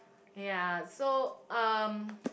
ya so um